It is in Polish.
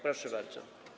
Proszę bardzo.